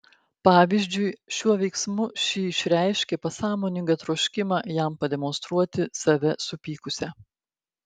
pavyzdžiui šiuo veiksmu ši išreiškė pasąmoningą troškimą jam pademonstruoti save supykusią